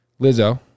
Lizzo